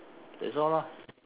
that's all lah